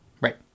Right